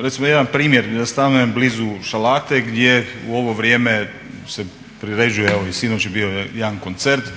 Recimo jedan primjer. Ja stanujem blizu Šalate gdje u ovo vrijeme se priređuje, evo i sinoć je bio jedan koncert